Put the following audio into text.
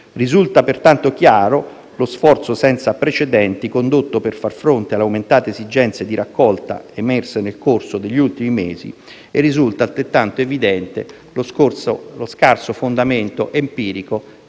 Risulta pertanto chiaro lo sforzo senza precedenti condotto per far fronte alle aumentate esigenze di raccolta emerse nel corso degli ultimi mesi e risulta altrettanto evidente lo scarso fondamento empirico